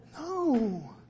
No